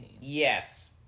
Yes